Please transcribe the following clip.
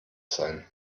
sein